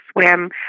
swim